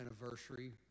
anniversary